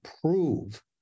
prove